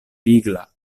vigla